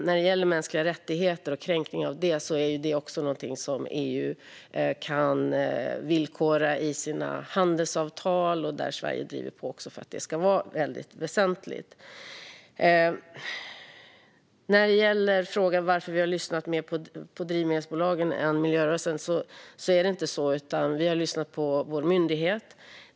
När det gäller mänskliga rättigheter och kränkningar av dem är det något som EU kan villkora i sina handelsavtal, och där driver Sverige på för att det ska vara något väsentligt. När det gäller frågan om varför vi har lyssnat mer på drivmedelsbolagen än på miljörörelsen är det inte så, utan vi har lyssnat på vår myndighet.